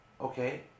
Okay